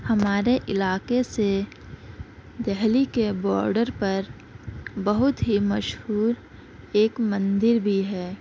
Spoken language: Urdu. ہمارے علاقے سے دہلی کے باڈر پر بہت ہی مشہور ایک مندر بھی ہے